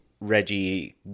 Reggie